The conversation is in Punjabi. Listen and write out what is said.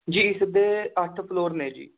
ਜੀ ਇਸ ਦੇ ਅੱਠ ਫਲੋਰ ਨੇ ਜੀ